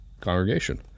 congregation